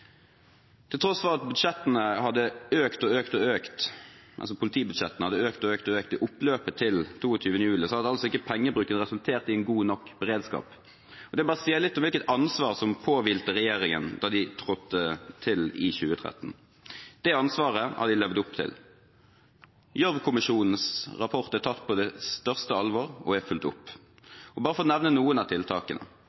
Til tross for at politibudsjettene hadde økt og økt og økt i oppløpet til 22. juli, hadde altså ikke pengebruken resultert i god nok beredskap. Det sier litt om hvilket ansvar som påhvilte regjeringen da de tiltrådte i 2013. Det ansvaret har den levd opp til. Gjørv-kommisjonens rapport er tatt på største alvor og er fulgt opp.